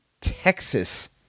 Texas